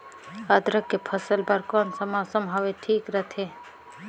अदरक के फसल बार कोन सा मौसम हवे ठीक रथे?